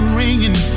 ringing